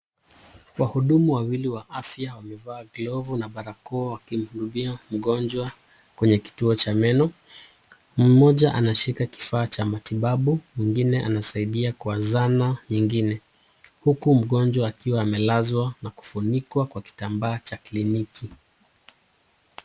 Wahudumu wawili wa afya wamevaa glovu na barakoa wakimhudumia mgonjwa kwenye kituo cha meno. Mmoja anashika kifaa cha matibabu mwingine anasaidia kwazama ingine huku mgonjwa akiwa amelazwa na kufunikwa kwa kitambaa cha kliniki.